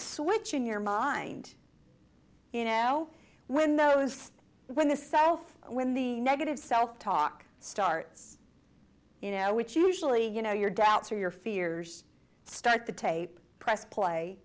switch in your mind you know when those when the self when the negative self talk starts you know which usually you know your doubts or your fears start the tape press